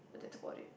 but that's about it